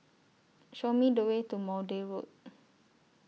Show Me The Way to Maude Road